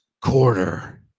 quarter